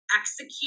execute